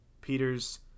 Peter's